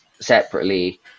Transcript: separately